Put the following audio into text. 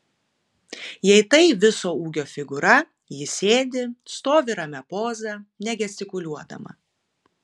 jei tai viso ūgio figūra ji sėdi stovi ramia poza negestikuliuodama